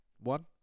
One